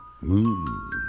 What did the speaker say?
Moon